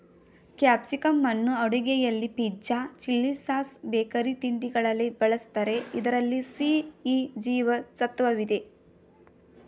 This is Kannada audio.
ಕ್ಯಾಪ್ಸಿಕಂನ್ನು ಅಡುಗೆಯಲ್ಲಿ ಪಿಜ್ಜಾ, ಚಿಲ್ಲಿಸಾಸ್, ಬೇಕರಿ ತಿಂಡಿಗಳಲ್ಲಿ ಬಳ್ಸತ್ತರೆ ಇದ್ರಲ್ಲಿ ಸಿ, ಇ ಜೀವ ಸತ್ವವಿದೆ